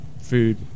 food